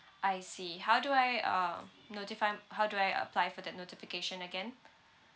I see how do I uh notify how do I apply for that notification again